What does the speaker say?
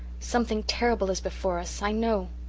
something terrible is before us i know.